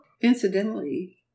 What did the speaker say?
Incidentally